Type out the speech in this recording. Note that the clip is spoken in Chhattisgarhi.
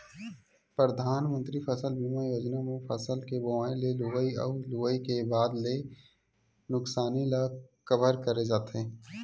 परधानमंतरी फसल बीमा योजना म फसल के बोवई ले लुवई अउ लुवई के बाद के नुकसानी ल कभर करे जाथे